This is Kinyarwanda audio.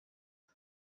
com